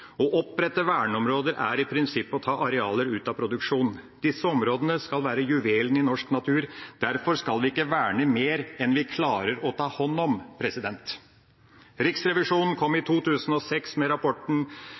Å opprette verneområder er i prinsippet å ta arealer ut av produksjon. Disse områdene skal være juvelene i norsk natur. Derfor skal vi ikke verne mer enn vi klarer å ta hånd om. Riksrevisjonen kom i 2006 med rapporten